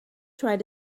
try